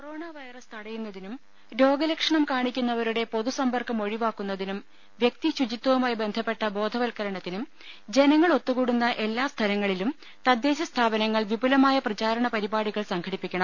corona virus തടയുന്നതിനും രോഗ ലക്ഷണം കാണിക്കുന്ന വരുടെ പൊതു സമ്പർക്കം ഒഴിവാക്കുന്നതിന് വൃക്തി ശുചിത്വവുമായി ബന്ധപ്പെട്ട ബോധവത്കരണത്തിനും ജനങ്ങൾ ഒത്തുകൂടുന്ന എല്ലാ സ്ഥല ങ്ങളിലും തദ്ദേശ സ്ഥാപനങ്ങൾ വിപുലമായ പ്രചാരണ പരിപാടികൾ സംഘ ടിപ്പിക്കണം